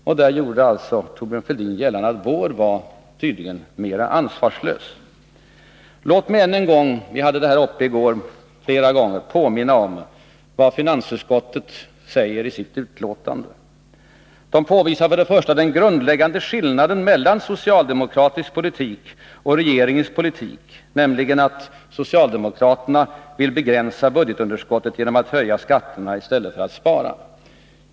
Och där gjorde alltså Thorbjörn Fälldin gällande att vår var mer ansvarslös. Låt mig än en gång - vi hade detta uppe flera gånger i går — påminna om vad finansutskottet säger i sitt betänkande. Utskottet påvisar först och främst den grundläggande skillnaden mellan socialdemokraternas och regeringens politik, nämligen att socialdemokraterna vill begränsa budgetunderskottet genom att höja skatterna i stället för att spara.